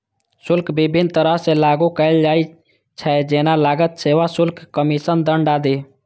शुल्क विभिन्न तरह सं लागू कैल जाइ छै, जेना लागत, सेवा शुल्क, कमीशन, दंड आदि